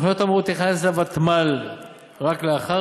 התוכנית כאמור תיכנס לוותמ"ל רק לאחר